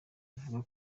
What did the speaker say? uvuga